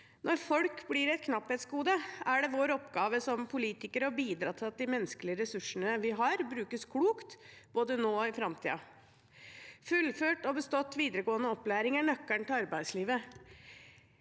Når folk blir et knapphetsgode, er det vår oppgave som politikere å bidra til at de menneskelige ressursene vi har, brukes klokt, både nå og i framtiden. Fullført og bestått videregående opplæring er nøkkelen til arbeidslivet.